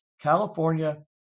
California